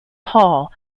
hall